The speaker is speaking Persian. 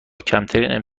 کمترین